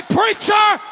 preacher